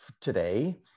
today